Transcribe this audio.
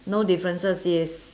no differences yes